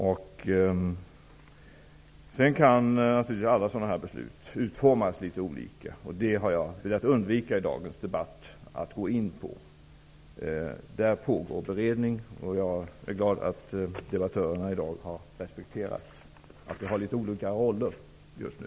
Naturligtvis kan beslut av detta slag utformas litet olika. Jag har i dagens debatt velat undvika att gå in på det. Det pågår beredning, och jag är glad att debattörerna i dag har respekterat att vi har litet olika roller just nu.